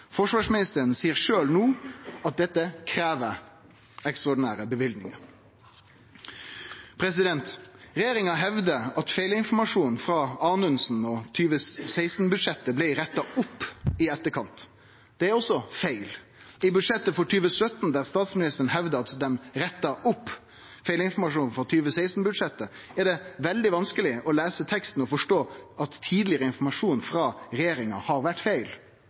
Forsvarsministeren seier sjølv no at dette krev ekstraordinære løyvingar. Regjeringa hevdar at feilinformasjonen frå Anundsen og 2016-budsjettet blei retta opp i etterkant. Det er også feil. I budsjettet for 2017, der statsministeren hevda at dei retta opp feilinformasjonen frå 2016-budsjettet, er det veldig vanskeleg å lese teksten og forstå at tidlegare informasjon frå regjeringa har vore feil.